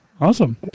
Awesome